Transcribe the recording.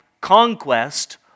conquest